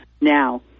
now